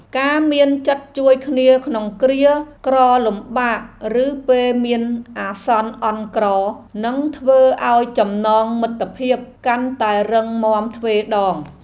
ការមានចិត្តជួយគ្នាក្នុងគ្រាក្រលំបាកឬពេលមានអាសន្នអន់ក្រនឹងធ្វើឱ្យចំណងមិត្តភាពកាន់តែរឹងមាំទ្វេដង។